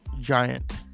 Giant